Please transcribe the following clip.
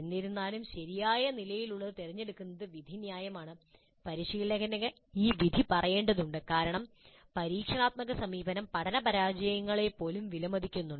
എന്നിരുന്നാലും ശരിയായ നിലയിലുള്ളത് തിരഞ്ഞെടുക്കുന്നത് വിധിന്യായമാണ് പരിശീലകന് ഈ വിധി പറയേണ്ടതുണ്ട് കാരണം പരീക്ഷണാത്മക സമീപനം പഠന പരാജയങ്ങളെ പോലും വിലമതിക്കുന്നുണ്ട്